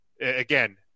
again